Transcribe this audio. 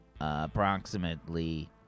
approximately